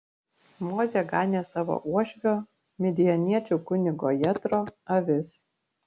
mozė ganė savo uošvio midjaniečių kunigo jetro avis